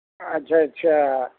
ਅੱਛਾ ਅੱਛਾ